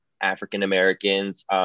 African-Americans